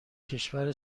کشور